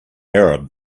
arab